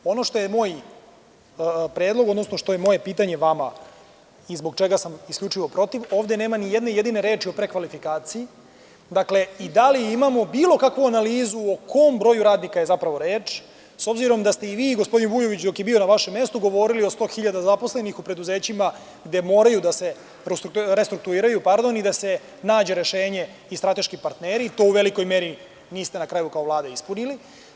Ono što je moj predlog, ono što je moje pitanje vama i zbog čega sam isključivo protiv, ovde nema nijedne jedine reči o prekvalifikaciji i da li imamo bilo kakvu analizu o kom broju radnika je reč, s obzirom da ste i vi i gospodin Vujović dok je bio na vašem mestu govorili o sto hiljada zaposlenih u preduzećima gde moraju da se restrukturiraju i da se nađe rešenje i strateški partneri, to u velikoj meri niste kao Vlada ispunili.